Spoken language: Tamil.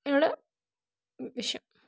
என்னோட விஷயம்